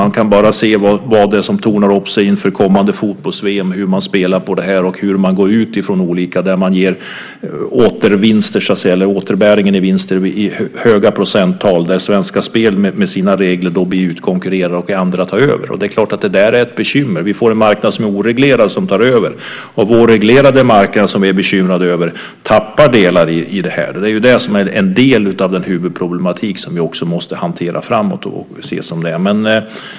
Man kan bara se vad som tornar upp sig inför kommande fotbolls-VM, hur man spelar på det här, hur man går ut och ger återbäring i vinst med höga procenttal. Där blir Svenska Spel med sina regler utkonkurrerade, och andra tar över. Det är klart att det där är ett bekymmer. Vi får en marknad som är oreglerad som tar över. De reglerade marknaderna, som vi är bekymrade över, tappar andelar. Det är en del av den huvudproblematik som vi också måste hantera framöver.